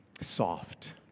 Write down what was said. soft